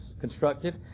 constructive